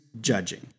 judging